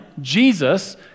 Jesus